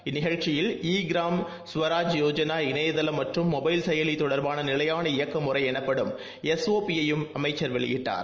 இந்நிகழ்ச்சியில் இ கிராம் ஸ்வராஜ் யோஜனா இணையதளம் மற்றும் மொபைல் செயலி தொடர்பான நிலையான இயக்க முறை எனப்படும் எஸ்ஓபி யையும் அமைச்சர் வெளியிட்டார்